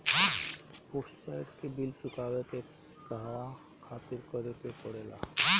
Postpaid के bill चुकावे के कहवा खातिर का करे के पड़ें ला?